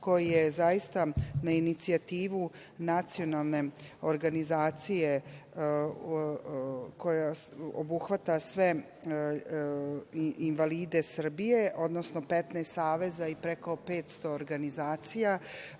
koji je zaista na inicijativu nacionalne organizacije koja obuhvata sve invalide Srbije, odnosno 15 saveza i preko 500 organizacija,